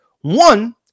One